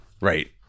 Right